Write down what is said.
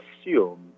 assume